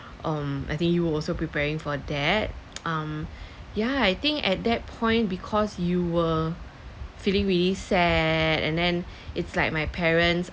um I think you were also preparing for that um ya I think at that point because you were feeling really sad and and then it's like my parents